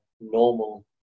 normal